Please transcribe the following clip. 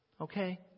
Okay